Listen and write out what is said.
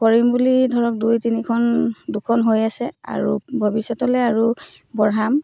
কৰিম বুলি ধৰক দুই তিনিখন দুখন হৈ আছে আৰু ভৱিষ্যতলৈ আৰু বঢ়াম